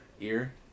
Ear